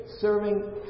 serving